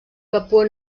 papua